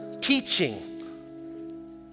teaching